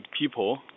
people